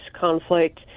conflict